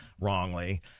wrongly